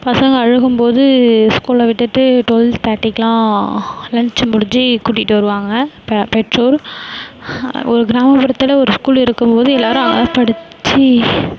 பசங்கள் அழும்போது ஸ்கூலில் விட்டுட்டு டுவெல் தேட்டிக்லாம் லஞ்சு முடிஞ்சு கூட்டிகிட்டு வருவாங்க ப பெற்றோர் ஒரு கிராமப்புறத்தில் ஒரு ஸ்கூல் இருக்கும்போது எல்லோரும் அங்கே தான் படிச்சு